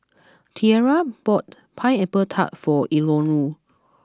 Tierra bought Pineapple Tart for Eleanore